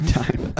time